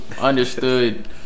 understood